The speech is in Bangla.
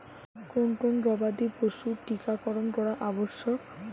কোন কোন গবাদি পশুর টীকা করন করা আবশ্যক?